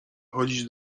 chodzić